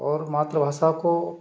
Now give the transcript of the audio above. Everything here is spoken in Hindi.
और मात्र भाषा को